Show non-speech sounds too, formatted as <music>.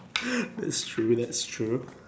<breath> that's true that's true